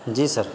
جی سر